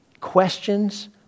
questions